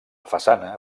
façana